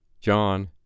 John